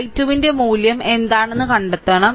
I2 ന്റെ മൂല്യം എന്താണെന്ന് കണ്ടെത്തണം